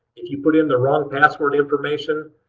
if you put in the wrong password information,